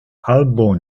albo